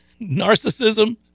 narcissism